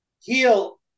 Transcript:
heal